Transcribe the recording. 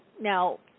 now